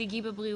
את תגעי בבריאות,